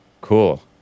Cool